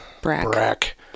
Brack